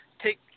take